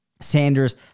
Sanders